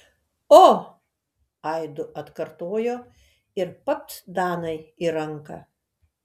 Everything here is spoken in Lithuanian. o aidu atkartojo ir papt danai į ranką